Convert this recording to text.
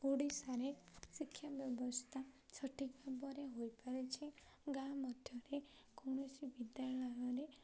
ଓଡ଼ିଶାରେ ଶିକ୍ଷା ବ୍ୟବସ୍ଥା ସଠିକ୍ ଭାବରେ ହୋଇପାରିଛି ଗାଁ ମଧ୍ୟରେ କୌଣସି ବିଦ୍ୟାଳୟରେ